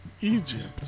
Egypt